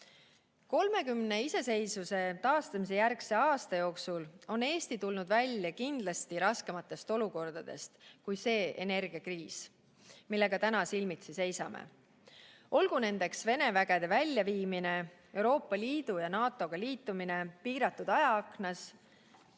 30 iseseisvuse taastamise järgse aasta jooksul on Eesti tulnud välja kindlasti raskematest olukordadest kui see energiakriis, millega täna silmitsi seisame. Olgu nendeks Vene vägede väljaviimine, Euroopa Liidu ja NATO-ga liitumine piiratud ajaaknas